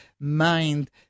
mind